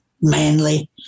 Manly